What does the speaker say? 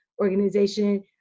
organization